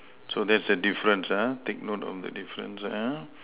so that's a difference ah take note of the difference ah